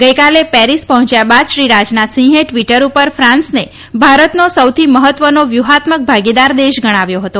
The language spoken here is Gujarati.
ગઈકાલે પેરિસ પર્હોચ્યા બાદ શ્રી રાજનાથસિંહે ટ્વીટર ઉપર ફ્રાંસને ભારતનો સૌથી મહત્વનો વ્યૂહાત્મક ભાગીદાર દેશ ગણાવ્યો હતો